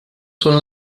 son